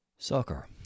Soccer